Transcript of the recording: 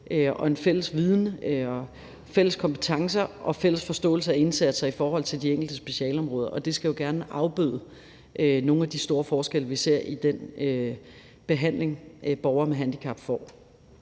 og en fælles viden, fælles kompetencer og fælles forståelse af indsatser i forhold til de enkelte specialeområder. Og det skal jo gerne afbøde nogle af de store forskelle, vi ser i den behandling, borgere med handicap får.